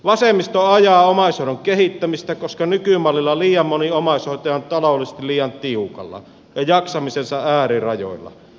vasemmisto ajaa omaishoidon kehittämistä koska nykymallilla liian moni omaishoitaja on taloudellisesti liian tiukalla ja jaksamisensa äärirajoilla